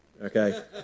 okay